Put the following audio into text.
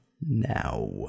now